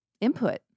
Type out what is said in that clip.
input